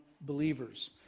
believers